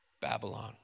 Babylon